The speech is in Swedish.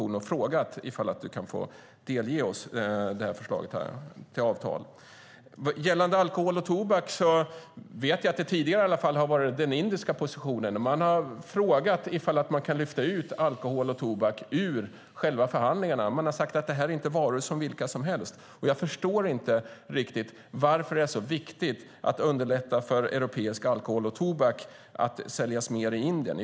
När det gäller alkohol och tobak har den indiska positionen åtminstone tidigare varit en önskan att lyfta ut alkohol och tobak ur förhandlingen. Man har sagt att det inte är varor vilka som helst. Jag förstår inte varför det är så viktigt att underlätta för europeisk alkohol och tobak att säljas i Indien.